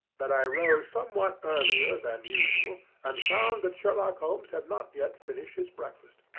that i rose somewhat earlier than usual, and found that sherlock holmes had not yet finished his breakfast.